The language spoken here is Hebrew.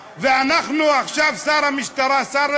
היום נודע לנו שמשטרת ישראל הקימה